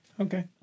Okay